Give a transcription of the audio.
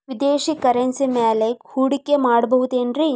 ವಿದೇಶಿ ಕರೆನ್ಸಿ ಮ್ಯಾಲೆ ಹೂಡಿಕೆ ಮಾಡಬಹುದೇನ್ರಿ?